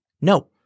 No